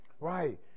Right